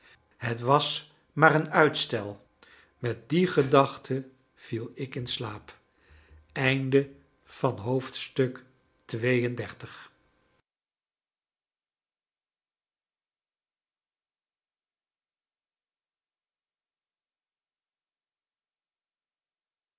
het was maar een uitstel met die gedachte viel ik in slaap